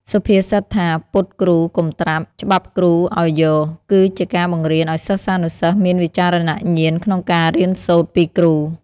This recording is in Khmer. សុភាសិតថា «ពុតគ្រូកុំត្រាប់ ច្បាប់គ្រូឱ្យយក» គឺជាការបង្រៀនឱ្យសិស្សានុសិស្សមានវិចារណញ្ញាណក្នុងការរៀនសូត្រពីគ្រូ។